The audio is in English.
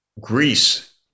Greece